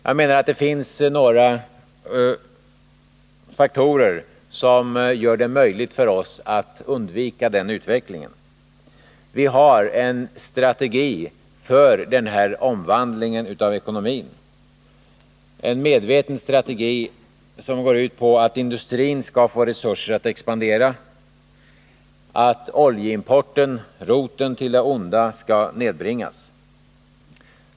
Jag menar att det finns några faktorer som gör det möjligt för oss att undvika den utvecklingen. Vi har en strategi för den här omvandlingen av ekonomin. Det är en medveten strategi som går ut på att industrin skall få resurser för att kunna expandera och att oljeimporten — roten till det onda — skall nedbringas.